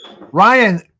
Ryan